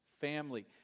family